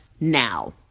now